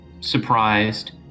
surprised